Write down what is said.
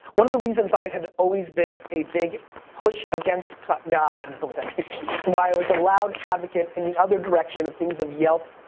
one of the reasons i had always been a big push against cut guy, i don't know um why i was a loud advocate in the other direction of things of yelp,